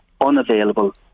unavailable